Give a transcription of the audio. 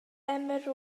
emyr